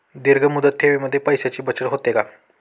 दीर्घ मुदत ठेवीमध्ये पैशांची बचत होते का?